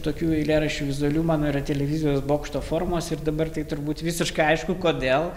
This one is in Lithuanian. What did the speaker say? tokių eilėraščių vizualių mano yra televizijos bokšto formos ir dabar tai turbūt visiškai aišku kodėl